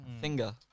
Finger